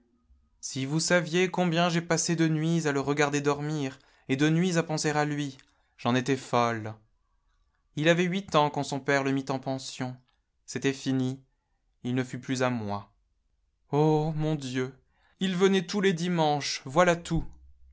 si vous saviez combien j'ai passé de nuits à le regarder dormir et de nuits à penser à lui j'en étais folle il avait huit ans quand son père le mit en pension c'était fini ii ne fut plus à moi oh mon dieu il venait tous les dimanches voilà tout